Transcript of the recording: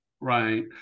right